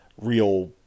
real